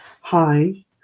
hi